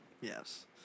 Yes